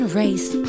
race